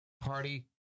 party